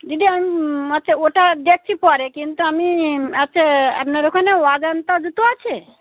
দিদি আমি আচ্ছা ওটা দেখছি পরে কিন্তু আমি আচ্ছা আপনার ওখানে অজান্তা জুতো আছে